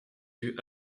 yeux